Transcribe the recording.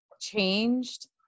changed